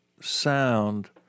sound